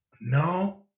No